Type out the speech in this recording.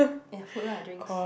ya food lah drinks